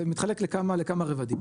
זה מתחלק לכמה רבדים,